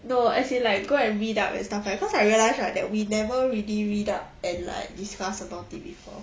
no as in like go and read up and stuff lah cause I realise right that we never really read up and like discuss about it before